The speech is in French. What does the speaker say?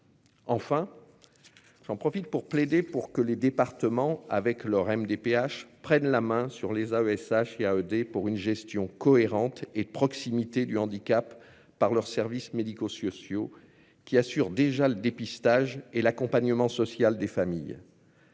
Enfin. J'en profite pour plaider pour que les départements avec leur MDPH prenne la main sur les AESH et à ED pour une gestion cohérente et proximité du handicap par leurs services médicaux sur Sio qui assure déjà le dépistage et l'accompagnement social des familles.